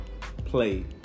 play